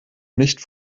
nicht